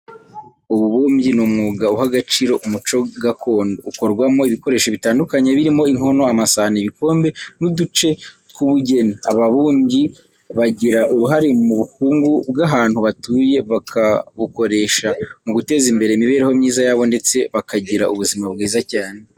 Ububumbyi ni umwuga uha agaciro umuco gakondo, ukorwamo ibikoresho bitandukanye birimo inkono, amasahane, ibikombe n'uduce tw'ubugeni. Ababumbyi bagira uruhare mu bukungu bw'ahantu batuye, bakabukoresha mu guteza imbere imibereho myiza yabo ndetse bakagira ubuzima bwiza cyane.